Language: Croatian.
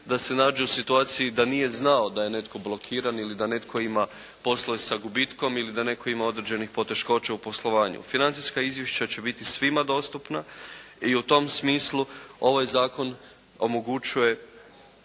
da se nađe u situaciji da nije znao da je netko blokiran ili da netko ima poslove sa gubitkom ili da netko ima određenih poteškoća u poslovanju. Financijska izvješća će biti svima dostupna i u tom smislu ovaj Zakon omogućuje